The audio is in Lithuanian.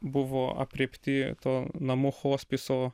buvo aprėpti to namų hospiso